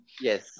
Yes